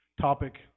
topic